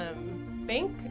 bank